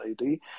ID